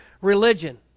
religion